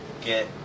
get